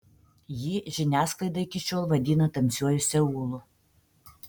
jį žiniasklaida iki šiol vadina tamsiuoju seulu